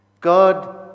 God